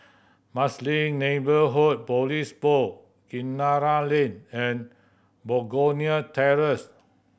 Marsiling Neighbourhood Police Kinara Lane and Begonia Terrace